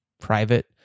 private